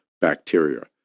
bacteria